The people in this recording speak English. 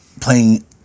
playing